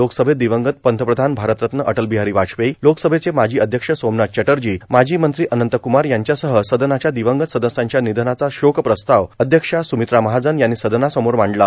लोकसभेत दिवंगत पंतप्रधान भारतरत्न अटल बिहारी वाजपेयी लोकसभेचे माजी अध्यक्ष सोमनाथ चटर्जी माजी मंत्री अनंतक्मार यांच्यासह सदनाच्या दिवंगत सदस्यांच्या निधनाचा शोकप्रस्ताव अध्यक्ष स्मित्रा महाजन यांनी सदनासमोर मांडला